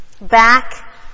Back